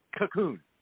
Cocoon